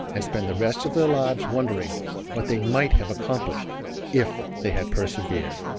and spend the rest of their lives wondering what they might have accomplished if they had persevered.